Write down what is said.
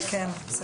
חצר.